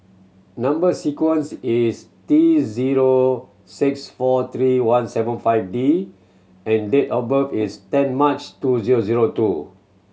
number sequence is T zero six four three one seven five D and date of birth is ten March two zero zero two